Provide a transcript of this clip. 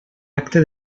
acte